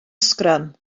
sgrym